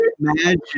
imagine